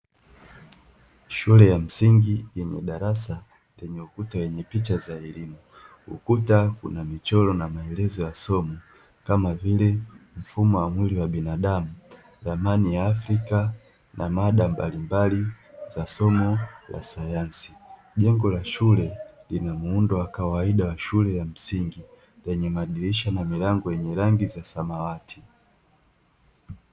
Shule ya msingi yenye darasa lenye ukuta wenye picha za elimu, ukuta una michoro na maelezo ya somo kama vile mfumo wa mwili wa binadamu, ramani ya Afrika na mada mbalimbali za somo la sayansi. Jengo la shule lina muundo wa kawaida wa shule ya msingi, lenye madirisha na milango yenye rangi za samawati.